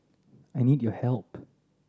I need your help